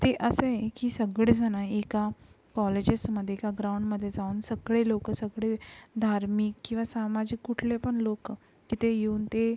ते असं आहे की सगळे जण एका कॉलेजेसमधे किंवा ग्राऊंडमधे जाऊन सगळे लोक सगळे धार्मिक किंवा सामाजिक कुठले पण लोक तिथे येऊन ते